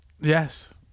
yes